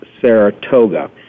Saratoga